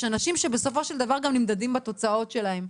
יש אנשים שבסופו של דבר גם נמדדים בתוצאות שלהם,